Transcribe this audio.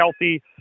healthy